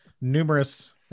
numerous